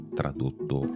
tradotto